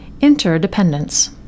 Interdependence